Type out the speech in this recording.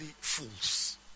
fools